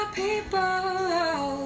people